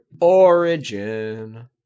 origin